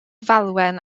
falwen